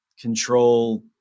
control